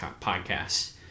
podcast